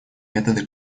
методы